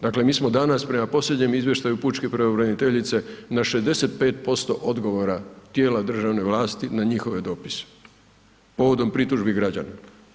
Dakle, mi smo danas prema posljednjem izvještaju pučke pravobraniteljice na 65% odgovora tijela državne vlasti na njihove dopise povodom pritužbi građana.